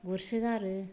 गुरसोगारो